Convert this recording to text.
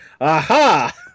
Aha